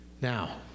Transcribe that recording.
Now